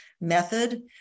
method